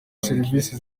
serivisi